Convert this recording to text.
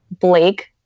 Blake